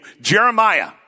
Jeremiah